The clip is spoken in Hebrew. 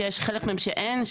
שיש חלק מהם שאין,